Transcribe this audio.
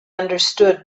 understood